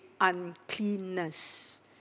uncleanness